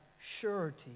surety